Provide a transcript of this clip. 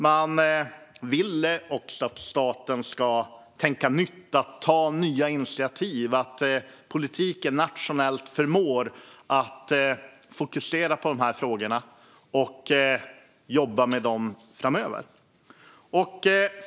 De vill att staten ska tänka nytt och ta nya initiativ och att politiken nationellt ska förmå att fokusera på och jobba med dessa frågor framöver.